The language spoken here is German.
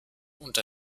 und